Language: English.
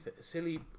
silly